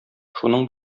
шуның